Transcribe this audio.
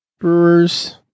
Brewers